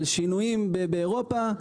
על שינויים באירופה.